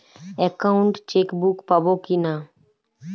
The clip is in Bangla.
একাউন্ট চেকবুক পাবো কি না?